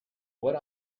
what